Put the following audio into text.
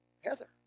Heather